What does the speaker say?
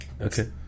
Okay